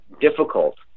difficult